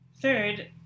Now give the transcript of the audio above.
Third